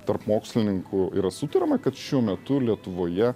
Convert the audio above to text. tarp mokslininkų yra sutariama kad šiuo metu lietuvoje